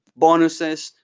bonuses,